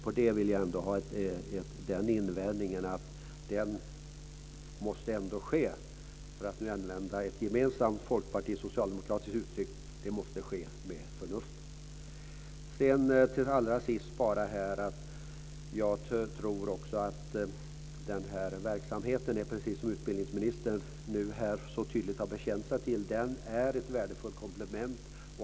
Jag invänder att privatiseringen måste ske - med ett gemensamt folkpartistiskt och socialdemokratiskt uttryck - med förnuft. Till allra sist: Jag tror också att den här verksamheten, som utbildningsministern nu så tydligt här har bekänt sig till, är ett värdefullt komplement.